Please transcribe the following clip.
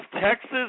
Texas